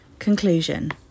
Conclusion